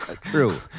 True